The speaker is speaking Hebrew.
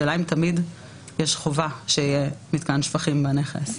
השאלה היא אם תמיד יש חובה שיהיה מתקן שפכים בנכס.